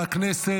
חבריי חברי הכנסת,